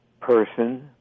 person